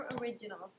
Originals